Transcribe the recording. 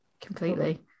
completely